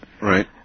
Right